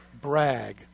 brag